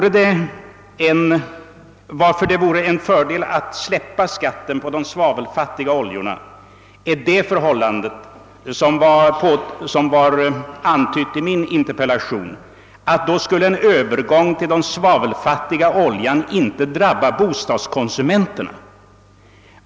En fördel med att släppa skatten på de svavelfattiga oljorna är det förhållandet, som var antytt i min interpellation, att då skulle en övergång till de svavelfattiga oljorna inte drabba bostadskonsumenterna.